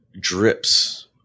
drips